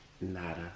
Nada